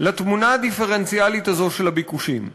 לתמונה הדיפרנציאלית הזאת של הביקושים.